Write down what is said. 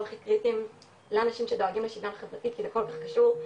הכי קריטיים לאנשים שדואגים לשיווין חברתי כי זה כל כך קשור,